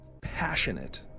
passionate